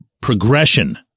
progression